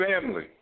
family